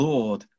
Lord